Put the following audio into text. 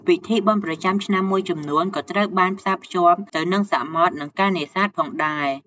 ពិធីបុណ្យប្រចាំឆ្នាំមួយចំនួនក៏ត្រូវបានផ្សារភ្ជាប់ទៅនឹងសមុទ្រ និងការនេសាទផងដែរ។